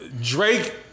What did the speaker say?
Drake